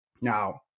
Now